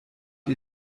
ihr